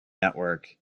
network